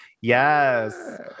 yes